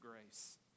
grace